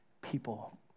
people